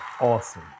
awesome